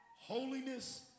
holiness